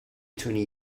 تونی